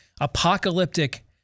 apocalyptic